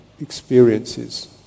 experiences